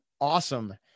awesome